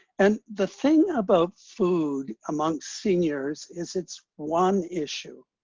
and the thing about food amongst seniors is it's one issue.